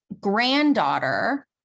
granddaughter